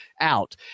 out